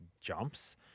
jumps